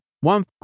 one